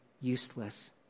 useless